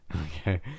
Okay